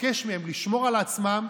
ומבקש מהם לשמור על עצמם,